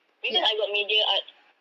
because I got media arts